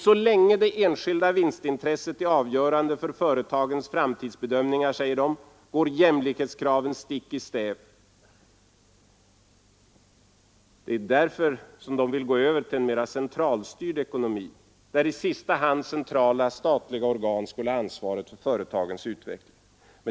Så länge det enskilda vinstintresset är avgörande för företagens framtidsbedömningar, säger de, går jämlikhetskraven stick i stäv mot kraven på dynamik och utveckling. Därför vill de gå över till en alltmer centralstyrd ekonomi, där i sista hand centrala statliga organ skulle få ansvaret för företagens utveckling.